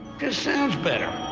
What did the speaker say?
just sounds better.